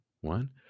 one